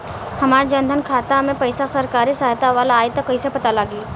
हमार जन धन खाता मे पईसा सरकारी सहायता वाला आई त कइसे पता लागी?